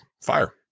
fire